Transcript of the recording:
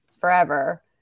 forever